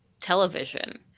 television